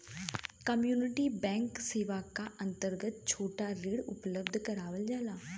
community bank सेवा क अंतर्गत छोटा ऋण उपलब्ध करावल जाला